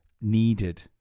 needed